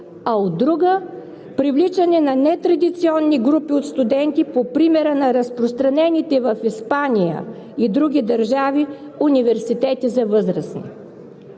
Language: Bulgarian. а от друга, привличане на нетрадиционни групи от студенти по примера на разпространените в Испания и други държави университети за възрастни.